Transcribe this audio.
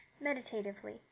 meditatively